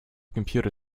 computer